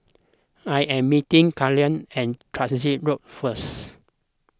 I am meeting Carleigh at Transit Road first